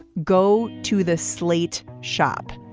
go to the slate shop.